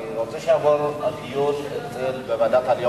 אני מבקש שהדיון יעבור לוועדת העלייה,